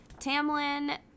Tamlin